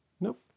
Nope